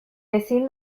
ezin